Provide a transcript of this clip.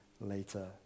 later